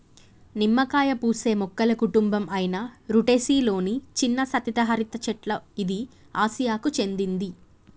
నిమ్మకాయ పూసే మొక్కల కుటుంబం అయిన రుటెసి లొని చిన్న సతత హరిత చెట్ల ఇది ఆసియాకు చెందింది